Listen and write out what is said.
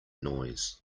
noise